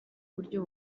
uburyo